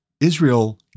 Israel